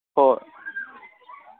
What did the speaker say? ꯍꯣꯏ